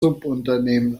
subunternehmen